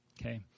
okay